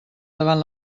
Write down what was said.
davant